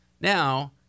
Now